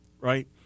right